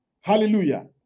hallelujah